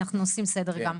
אנחנו עושים סדר גם.